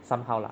somehow lah